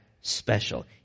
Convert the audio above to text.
special